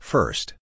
First